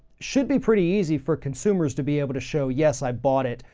should be pretty easy for consumers to be able to show, yes, i bought it,